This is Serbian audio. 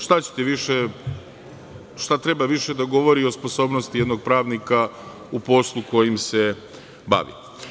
Šta ćete više, šta treba više da govori o sposobnosti jednog pravnika u poslu kojim se bavi?